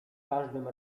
każdym